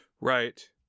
Right